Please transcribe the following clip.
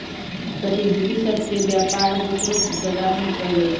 प्रतिभूति सभ के बेपार दोसरो बजार में कएल जाइ छइ